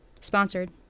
sponsored